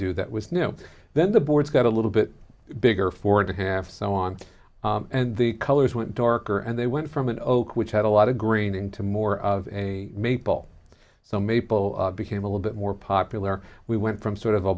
do that was no then the boards got a little bit bigger four and a half so on and the colors went darker and they went from an oak which had a lot of green into more of a maple so maple became a little bit more popular we went from sort of a